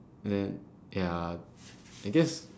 and then ya I guess